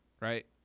right